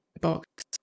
box